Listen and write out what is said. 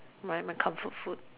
my my comfort food